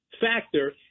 factor